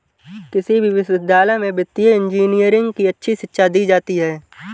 किसी भी विश्वविद्यालय में वित्तीय इन्जीनियरिंग की अच्छी शिक्षा दी जाती है